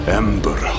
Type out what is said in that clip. ember